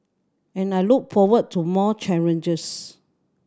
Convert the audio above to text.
and I look forward to more challenges